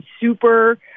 super